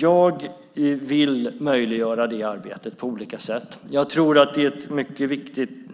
Jag vill möjliggöra det arbetet på olika sätt. Jag tror att det är